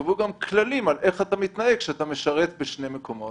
קבעו גם כללים על איך אתה מתנהג כשאתה משרת בשני מקומות.